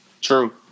True